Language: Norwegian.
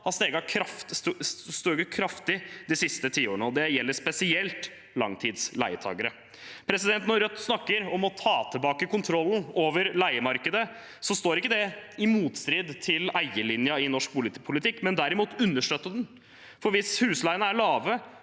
har steget kraftig de siste tiårene, og det gjelder spesielt langtidsleietakere. Når Rødt snakker om å ta tilbake kontrollen over leiemarkedet, står ikke det i motstrid til eierlinjen i norsk boligpolitikk, derimot understøtter det den. For hvis husleiene er lave,